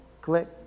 click